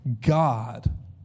God